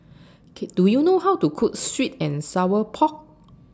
K Do YOU know How to Cook Sweet and Sour Pork